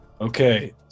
Okay